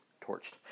torched